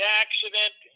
accident